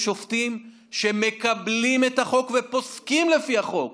בשופטים שמקבלים את החוק ופוסקים לפי החוק.